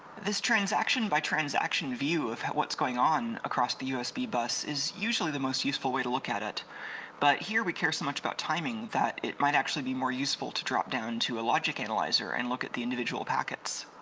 this transaction by transaction view of what's going on across the usb bus is usually the most useful way to look at it but here we care so much about timing that it might actually be more useful to drop down to a logic analyzer and look at the individual packets.